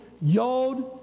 Yod